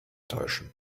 täuschen